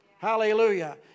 Hallelujah